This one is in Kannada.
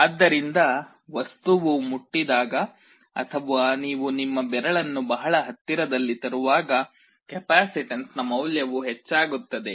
ಆದ್ದರಿಂದ ವಸ್ತುವು ಮುಟ್ಟಿದಾಗ ಅಥವಾ ನೀವು ನಿಮ್ಮ ಬೆರಳನ್ನು ಬಹಳ ಹತ್ತಿರದಲ್ಲಿ ತರುವಾಗ ಕೆಪಾಸಿಟನ್ಸ್ನ ಮೌಲ್ಯವು ಹೆಚ್ಚಾಗುತ್ತದೆ